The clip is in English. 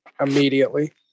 immediately